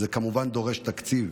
זה כמובן דורש תקציב,